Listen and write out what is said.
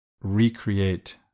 recreate